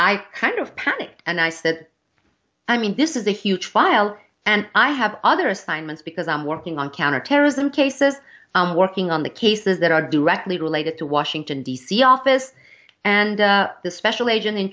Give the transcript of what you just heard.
i kind of panicked and i said that i mean this is a huge file and i have other assignments because i'm working on counterterrorism cases i'm working on the cases that are directly related to washington d c office and the special agent in